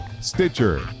Stitcher